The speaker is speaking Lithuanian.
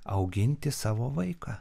auginti savo vaiką